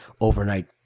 overnight